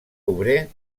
obrer